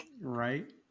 right